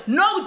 no